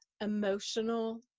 emotional